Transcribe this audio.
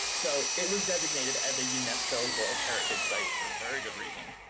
so, it was designated as a unesco world heritage site for very good reason.